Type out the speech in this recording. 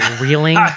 reeling